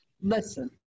listen